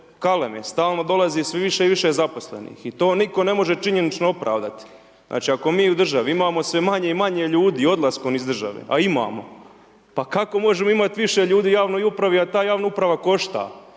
kalene, stalno dolaze sve više i više zaposlenih. I to nitko ne može činjenično opravdati. Ako mi u državi imamo sve manje i manje ljudi i odlaskom iz državom a imamo, pa kako možemo imati više ljudi u javnoj upravi, a ta javna uprava košta?